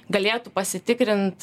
galėtų pasitikrint